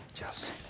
Yes